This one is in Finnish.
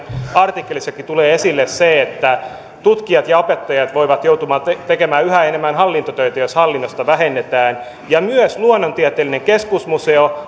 artikkelissakin tulee esille se että tutkijat ja opettajat voivat joutua tekemään yhä enemmän hallintotöitä jos hallinnosta vähennetään myös luonnontieteellinen keskusmuseo